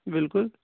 بلکُل